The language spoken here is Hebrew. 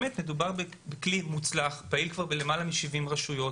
מדובר בכלי מוצלח, פעיל כבר למעלה מ-70 רשויות,